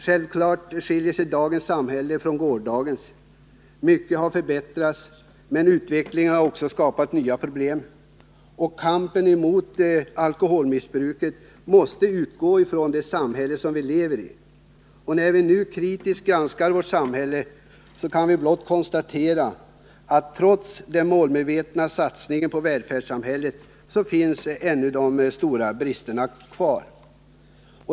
Självfallet skiljer sig dagens samhälle från gårdagens. Mycket har förbättrats, men utvecklingen har också skapat nya problem. Kampen mot alkoholmissbruket måste utgå från det samhälle som vi lever i. När vi nu kritiskt granskar vårt samhälle kan vi blott konstatera, att trots den målmedvetna satsningen på välfärdssamhället finns ännu de stora bristerna kvar.